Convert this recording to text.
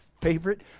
favorite